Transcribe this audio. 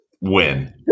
Win